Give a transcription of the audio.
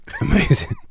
Amazing